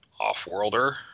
off-worlder